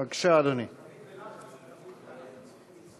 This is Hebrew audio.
בבקשה, אדוני.